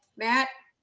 matt.